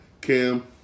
Cam